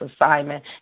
assignment